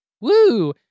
Woo